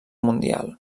mundial